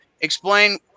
Explain